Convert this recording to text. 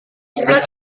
sebelah